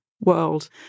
world